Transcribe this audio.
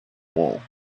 wool